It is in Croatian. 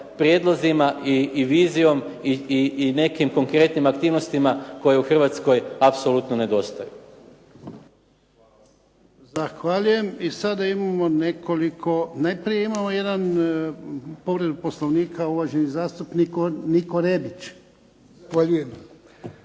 prijedlozima i vizijom i nekim konkretnim aktivnostima koje u Hrvatskoj apsolutno nedostaju. **Jarnjak, Ivan (HDZ)** Zahvaljujem. Najprije imamo jednu povredu Poslovnika, uvaženi zastupnik Niko Rebić. **Rebić,